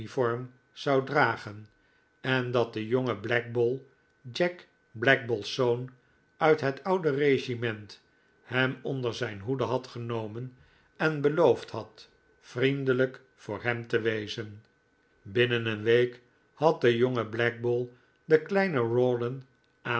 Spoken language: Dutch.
zou dragen en dat de jonge blackball jack blackballs zoon uit het oude regiment hem onder zijn hoede had genomen en beloofd had vriendelijk voor hem te wezen binnen een week had de jonge blackball den kleinen